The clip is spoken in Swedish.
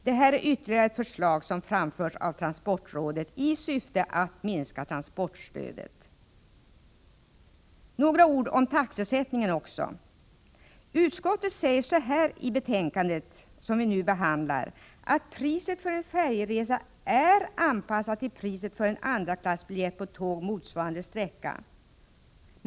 Det här är ytterligare ett förslag som framförs av transportrådet i syfte att minska transportstödet. Så ytterligare några ord om taxesättningen. Utskottet säger i det betänkande som vi nu behandlar att ”priset för en färjeresa är anpassat till priset för en andraklassbiljett på tåg för motsvarande färdsträcka”.